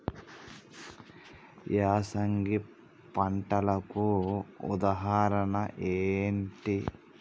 యాసంగి పంటలకు ఉదాహరణ ఏంటి?